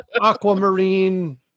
aquamarine